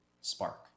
spark